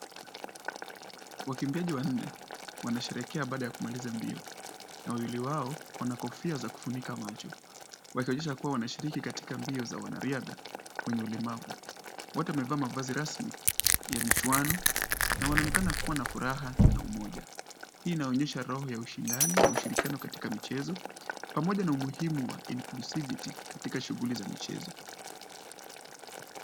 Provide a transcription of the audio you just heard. Wakimbiaji wa nne, wanasherehekea baada ya kumaliza mbio. Na wawili wao wana kofia za kufunika macho. Wakionyesha kuwa wanashiriki katika mbio za wanariadha, wenye ulemavu. Wote wameva mavazi rasmi ya michuano na wanaonekana kuwa na furaha na umoja. Hii inaonyesha roho ya ushindani na ushirikiano katika michezo, pamoja na umuhimu wa inclusivity katika shughuli za michezo.